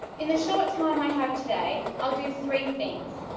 in the short time i have today i'll do three things.